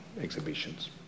exhibitions